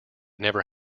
never